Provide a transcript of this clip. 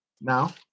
now